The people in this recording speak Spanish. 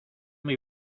muy